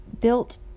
built